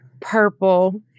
Purple